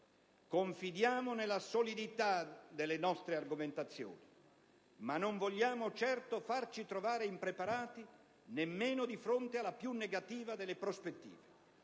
Confidiamo nella solidità delle nostre argomentazioni, ma non vogliamo certo farci trovare impreparati, nemmeno di fronte alla più negativa delle prospettive.